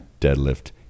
deadlift